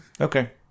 Okay